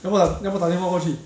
那么要不要打电话过去